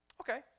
Okay